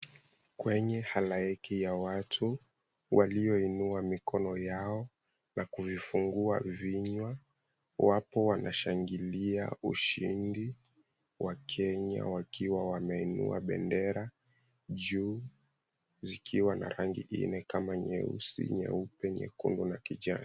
Kwenye halaiki ya watu walioinua mikono yao na kuvifungua vinywa, wapo wanashangilia ushindi wa Kenya wakiwa wameinua bendera juu, zikiwa na rangi nne kama nyeusi, nyeupe, nyekundu na kijani.